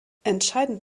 entscheidend